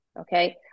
Okay